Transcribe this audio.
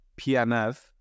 pmf